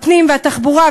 הפנים והתחבורה,